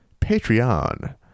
Patreon